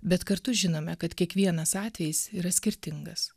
bet kartu žinome kad kiekvienas atvejis yra skirtingas